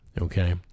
Okay